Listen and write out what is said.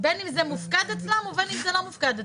בין אם זה מופקד אצלם ובין אם זה לא מופקד אצלם.